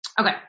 Okay